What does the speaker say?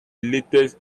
latest